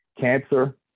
cancer